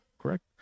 Correct